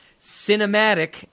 cinematic